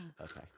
Okay